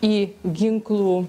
į ginklų